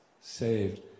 saved